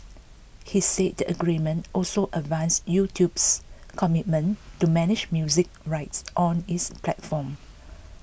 he said the agreement also advanced YouTube's commitment to manage music rights on its platform